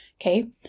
okay